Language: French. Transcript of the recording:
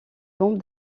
bombe